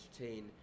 entertain